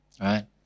Right